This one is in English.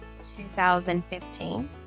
2015